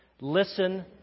Listen